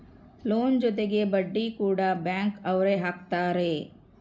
loan ಜೊತೆಗೆ ಬಡ್ಡಿ ಕೂಡ ಬ್ಯಾಂಕ್ ಅವ್ರು ಹಾಕ್ತಾರೆ